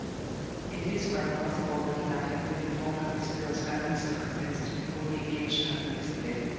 it is quite possible that he might have been informed of miss gwilt's family circumstances before he engaged her, isn't it?